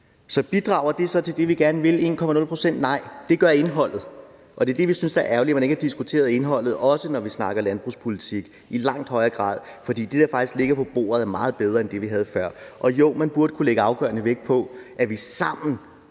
Så bidrager de 1,00 pct. til det, vi gerne vil? Nej. Men det gør indholdet. Og vi synes, det er ærgerligt, at man ikke har diskuteret indholdet i langt højere grad – også når vi snakker landbrugspolitik – for det, der faktisk ligger på bordet, er meget bedre end det, vi havde før. Og jo, man burde kunne lægge afgørende vægt på, at vi sammen